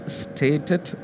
stated